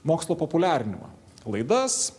mokslo populiarinimą laidas